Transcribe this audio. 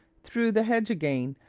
through the hedge again,